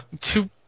Two